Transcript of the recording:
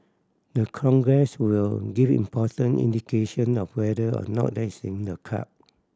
the Congress will give important indication of whether or not that is in the card